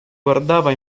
guardava